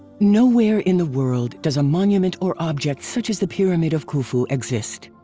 nowhere in the world does a monument or object such as the pyramid of khufu exist.